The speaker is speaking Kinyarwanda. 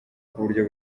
kuburyo